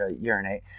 urinate